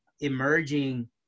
emerging